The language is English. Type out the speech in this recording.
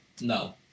No